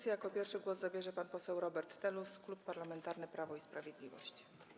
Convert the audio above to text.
Jako pierwszy głos zabierze pan poseł Robert Telus, Klub Parlamentarny Prawo i Sprawiedliwość.